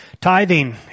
tithing